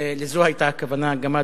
לזו היתה הכוונה "גמד".